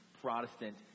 Protestant